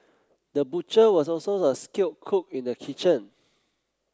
the butcher was also a skilled cook in the kitchen